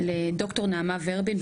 לד״ר נעמה ורבין,